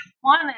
One